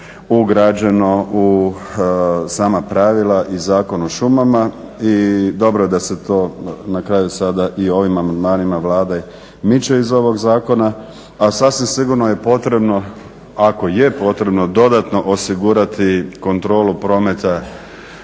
ugrađeno u sama pravila i Zakon o šumama i dobro je da se to na kraju sada i ovim amandmanima Vlade miče iz ovoga zakona. a sasvim sigurno je potrebno ako je potrebno dodatno osigurati kontrolu prometa